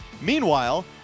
Meanwhile